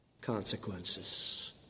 consequences